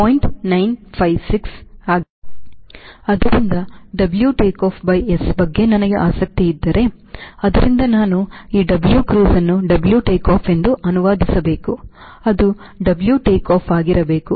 ಆದ್ದರಿಂದ W take off by S ಬಗ್ಗೆ ನನಗೆ ಆಸಕ್ತಿ ಇದ್ದರೆ ಆದ್ದರಿಂದ ನಾನು ಈ W cruise ಅನ್ನು W takeoff ಎಂದು ಅನುವಾದಿಸಬೇಕು ಅದು W takeoff ಆಗಿರಬೇಕು